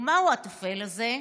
ומהו הטפל הזה?